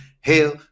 hail